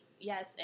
Yes